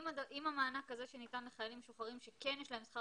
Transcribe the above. עם המענק הזה שניתן לחיילים משוחררים שכן יש להם שכר